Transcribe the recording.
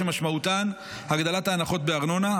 שמשמעותן הגדלת ההנחות בארנונה,